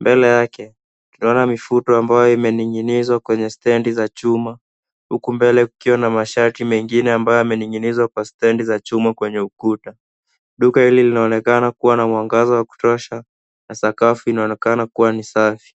Mbele yake tunaona mifuto ambayo yamening'inizwa kwenye stendi za chuma huku mbele kukiwa na mashati mengine ambayo yamening'inizwa kwa stendi za chuma kwenye kuta. Duka hili linaonekana kuwa na mwangaza wa kutosha na sakafu inaonekana kuwa ni safi.